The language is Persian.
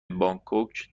بانکوک